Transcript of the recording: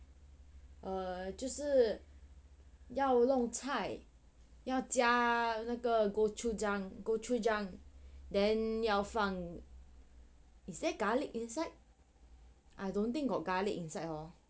err 就是要弄菜要加那个 gochujang gochujang then 要放 is there garlic inside I don't think got garlic inside hor